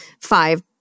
five